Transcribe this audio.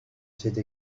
cette